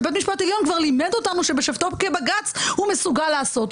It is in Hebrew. שבית משפט עליון כבר לימד אותנו שבשבתו כבג"ץ הוא מסוגל לעשות.